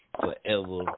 forever